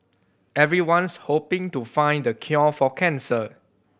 everyone's hoping to find the cure for cancer